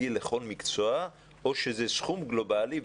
צריך לבחון אותה ולפתור אותה אבל אי אפשר להחריג קבוצה מסוימת של